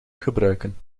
gebruiken